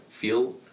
feel